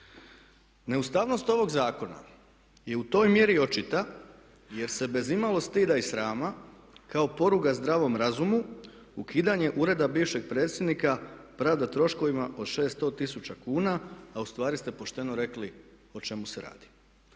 neustavnost ovog zakona je u toj mjeri očita jer se bez imalo stida i srama kao poruga zdravom razumu ukidanje ureda bivšeg predsjednika pravda troškovima od 600 tisuća kuna a ustvari ste pošteno rekli o čemu se radi.